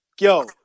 Yo